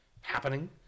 happening